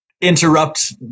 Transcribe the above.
interrupt